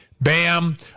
Bam